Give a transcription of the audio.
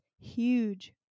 huge